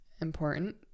important